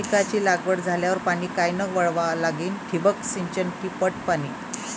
पिकाची लागवड झाल्यावर पाणी कायनं वळवा लागीन? ठिबक सिंचन की पट पाणी?